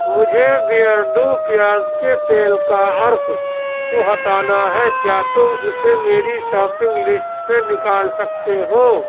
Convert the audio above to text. مجھے بیئرڈو پیاز کے تیل کا عرق کو ہٹانا ہے کیا تم اسے میری شاپنگ لسٹ سے نکال سکتے ہو